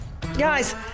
Guys